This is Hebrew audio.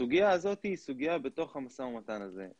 הסוגיה הזאת היא סוגיה בתוך המשא ומתן הזה.